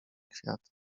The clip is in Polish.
kwiaty